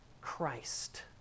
Christ